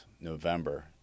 november